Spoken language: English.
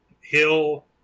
Hill